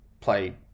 play